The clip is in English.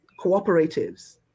cooperatives